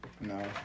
No